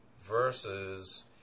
versus